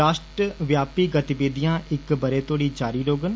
राश्ट्रव्यापी गतिविधिया इक बरे तोड़ी जारी रौडन